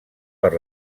per